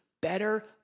better